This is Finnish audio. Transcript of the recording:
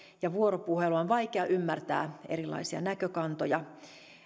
ja vuoropuhelua on vaikea ymmärtää erilaisia näkökantoja